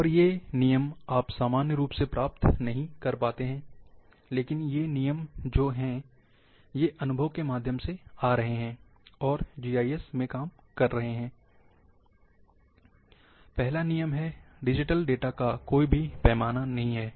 और ये नियम आप सामान्य रूप से प्राप्त नहीं पाते हैं लेकिन ये नियम जो हैं ये अनुभव के माध्यम से आ रहे हैं और जीआईएस में काम कर रहे हैं पहला नियम है डिजिटल डेटा का कोई भी पैमाना नहीं है